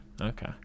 okay